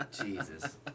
Jesus